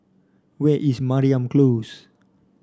where is Mariam Close